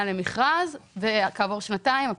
למכרז וכעבור שנתיים הפרויקט מוכן.